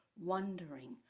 wondering